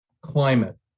climate